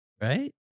right